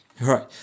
right